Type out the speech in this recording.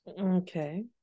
Okay